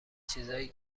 چیزایی